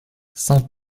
saint